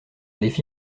défi